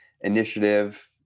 initiative